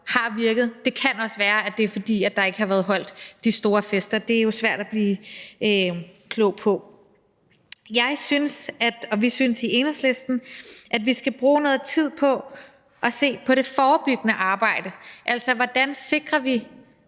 har virket. Det kan også være, at det er, fordi der ikke har været holdt de store fester. Det er jo svært at blive klog på. Jeg synes, og vi synes i Enhedslisten, at vi skal bruge noget tid på at se på det forebyggende arbejde, altså hvordan vi sikrer,